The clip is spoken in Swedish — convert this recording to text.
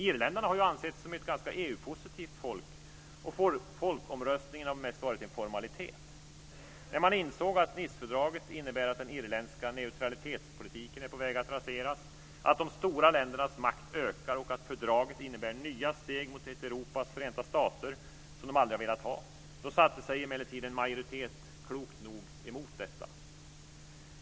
Irländarna har ju setts som ett ganska EU-positivt folk, och folkomröstningarna har mest varit en formalitet. När man insåg att Nicefördraget innebär att den irländska neutralitetspolitiken är på väg att raseras, att de stora ländernas makt ökar och att det tas nya steg mot ett Europas förenta stater som man aldrig har velat ha satte sig emellertid en majoritet klokt nog emot detta.